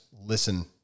listen